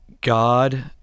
God—